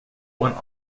one